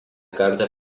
kartą